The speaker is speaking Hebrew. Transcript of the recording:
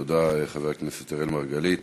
תודה, חבר הכנסת אראל מרגלית.